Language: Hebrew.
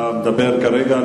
באיזה כובע אתה מדבר כרגע?